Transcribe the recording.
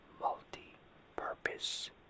multi-purpose